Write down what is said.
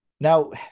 Now